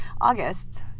August